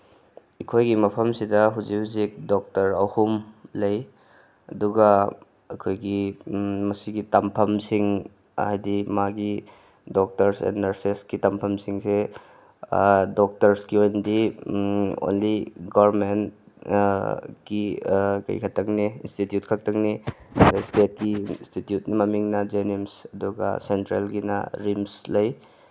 ꯑꯩꯈꯣꯏꯒꯤ ꯃꯐꯝꯁꯤꯗ ꯍꯧꯖꯤꯛ ꯍꯧꯖꯤꯛ ꯗꯣꯛꯇꯔ ꯑꯍꯨꯝ ꯂꯩ ꯑꯗꯨꯒ ꯑꯩꯈꯣꯏꯒꯤ ꯃꯁꯤꯒꯤ ꯇꯝꯐꯝꯁꯤꯡ ꯍꯥꯏꯗꯤ ꯃꯥꯒꯤ ꯗꯣꯛꯇꯔꯁ ꯑꯦꯟ ꯅꯔꯁꯦꯁꯀꯤ ꯇꯝꯐꯝꯁꯤꯡꯁꯦ ꯗꯣꯛꯇꯔꯁꯀꯤ ꯑꯣꯏꯅꯗꯤ ꯑꯣꯟꯂꯤ ꯒꯣꯔꯃꯦꯟ ꯀꯤ ꯀꯩ ꯈꯛꯇꯪꯅꯦ ꯏꯟꯁꯇꯤꯇ꯭꯭ꯌꯨꯠ ꯈꯛꯇꯪꯅꯦ ꯏꯁꯇꯦꯠꯀꯤ ꯏꯟꯁꯇꯤꯇ꯭ꯌꯨꯠꯀꯤ ꯃꯃꯤꯡꯅ ꯖꯦꯅꯤꯝꯁ ꯑꯗꯨꯒ ꯁꯦꯟꯇ꯭ꯔꯦꯜꯒꯤꯅ ꯔꯤꯝꯁ ꯂꯩ